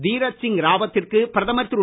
தீரத் சிங் ராவத்திற்கு பிரதமர் திரு